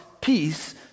peace